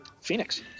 phoenix